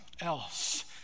else